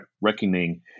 reckoning